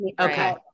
okay